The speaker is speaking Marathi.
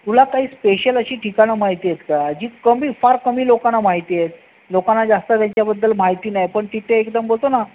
तुला काही स्पेशल अशी ठिकाणं माहिती आहेत का जी कमी फार कमी लोकांना माहिती आहेत लोकांना जास्त त्याच्याबद्दल माहिती नाही पण तिथे एकदम बोलतो ना